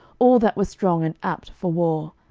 all that were strong and apt for war,